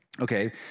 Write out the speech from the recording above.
Okay